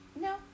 No